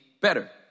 better